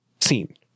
seen